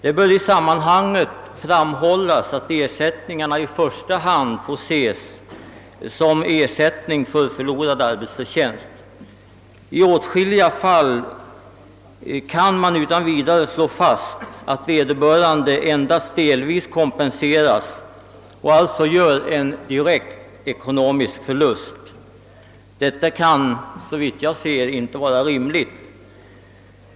Det bör i sammanhanget framhållas att ersättningarna i första hand får ses som ersättning för förlorad arbetsförtjänst. I åtskilliga fall kan man utan vidare slå fast, att vederbörande endast delvis kompenseras och alltså gör en direkt ekonomisk förlust. Detta kan som jag ser det inte vara rimligt.